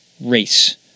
race